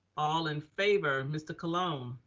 all in favor, mr. colon. um